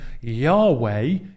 Yahweh